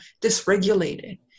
dysregulated